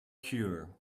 cure